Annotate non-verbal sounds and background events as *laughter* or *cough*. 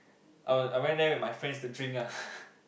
I I went there with my friends to drink ah *laughs*